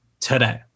today